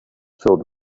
filled